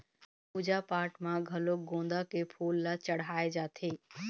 पूजा पाठ म घलोक गोंदा के फूल ल चड़हाय जाथे